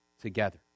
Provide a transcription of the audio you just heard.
together